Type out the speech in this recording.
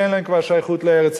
שאין להם כבר שייכות לארץ-ישראל.